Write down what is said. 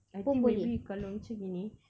I think maybe kalau macam gini